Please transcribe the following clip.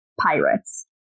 Pirates